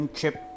Chip